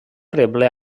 rebre